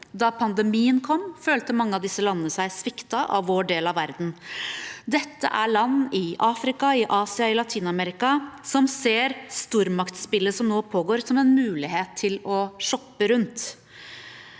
Da pandemien kom, følte mange av disse landene seg sviktet av vår del av verden. Dette er land i Afrika, i Asia og i Latin-Amerika som ser stormaktsspillet som nå pågår, som en mulighet til å shoppe rundt.